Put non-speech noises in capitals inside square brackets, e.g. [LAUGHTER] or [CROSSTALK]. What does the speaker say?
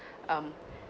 [BREATH] um